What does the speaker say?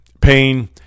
pain